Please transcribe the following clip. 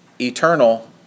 eternal